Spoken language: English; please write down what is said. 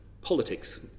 politics